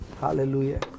Hallelujah